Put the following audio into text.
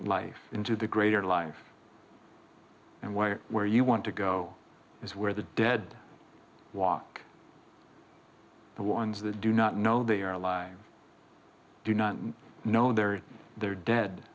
life into the greater life and where where you want to go is where the dead walk the ones that do not know they are alive do not know they are there dead